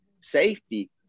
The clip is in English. safety